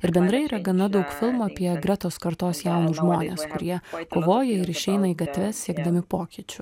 ir bendrai yra gana daug filmų apie gretos kartos jaunus žmones kurie kovoja ir išeina į gatves siekdami pokyčių